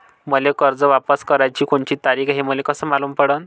मले कर्ज वापस कराची कोनची तारीख हाय हे कस मालूम पडनं?